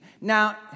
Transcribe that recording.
Now